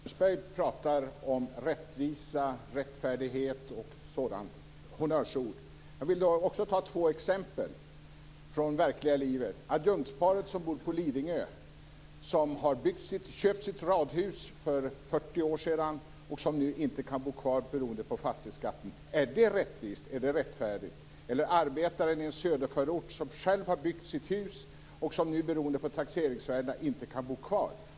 Fru talman! Arne Kjörnsberg pratar om rättvisa, rättfärdighet och sådana honnörsord. Jag vill också ta två exempel från verkliga livet. Först har vi adjunktsparet på Lidingö som har köpt sitt radhus för 40 år sedan och som nu inte kan bo kvar beroende på fastighetsskatten. Är det rättvist? Är det rättfärdigt? Sedan har vi arbetaren i en söderförort som själv har byggt sitt hus och som nu beroende på taxeringsvärdena inte kan bo kvar.